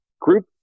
group